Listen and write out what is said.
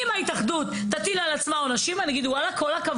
אם ההתאחדות תטיל על עצמה עונשים אני אגיד כל הכבוד.